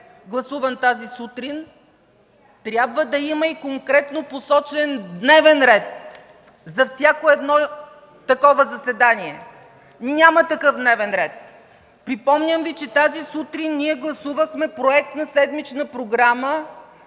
гласуван тази сутрин, трябва да има и конкретно посочен дневен ред за всяко едно такова заседание. Няма такъв дневен ред. Припомням Ви, че тази сутрин ние гласувахме Проект на седмична програма